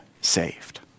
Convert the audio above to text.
saved